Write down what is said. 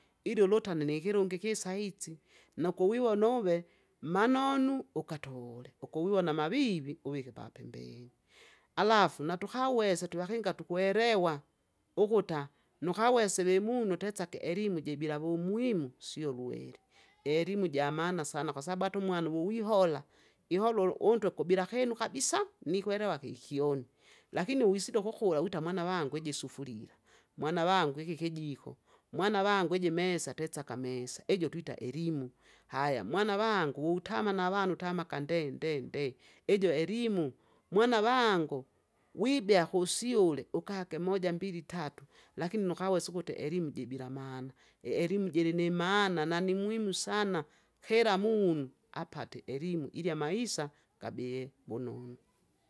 Ili uliutane nikilungi ikisaizi, nauku wiwona uwe, manonu ukatule, ukuwiwona mavivi uvike papembeni. Alafu natukawese twivakinga tukwerewa! ukuta nukawese vimunu utesake elimu ijbila wumuhimu, sio lweri, ielimu jamana sana kwasabu ata umwana uwu wihola, ihola ulu untwe kubila kinu kabisa! nikwelewa kikikyoni. Lakini uwisida ukukula wita mwana vangu ii sufurira, mwana vangu iki kijik, mwana vangu iji mesa tesaka mise, ijo twita elimu. Haya mwana vangu utama navana utama kande nde nde, ijo elimu, mwana vangu! wibea kusyule ukake moja mbili tatu, lakini nukawesa ukuti elimu jibila maana, ielimu jili nimaana, na nimuhimu sana, kila munu, apate elimu ili amaisa, gabie vunonu.